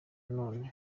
none